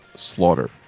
Slaughter